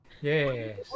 Yes